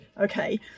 okay